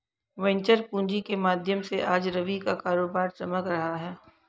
venture पूँजी के माध्यम से आज रवि का कारोबार चमक रहा है